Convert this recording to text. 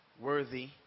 worthy